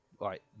right